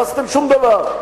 לא עשיתם שום דבר.